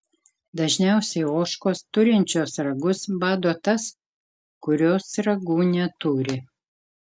dažniausiai ožkos turinčios ragus bado tas kurios ragų neturi